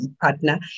partner